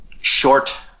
short